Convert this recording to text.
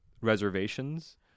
reservations